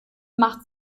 macht